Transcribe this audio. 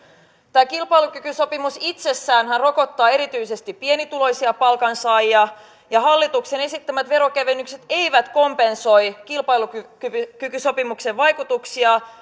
tämä kilpailukykysopimus itsessäänhän rokottaa erityisesti pienituloisia palkansaajia ja hallituksen esittämät veronkevennykset eivät kompensoi kilpailukykysopimuksen vaikutuksia